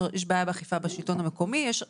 יש גם